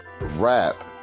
rap